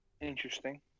Interesting